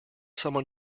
someone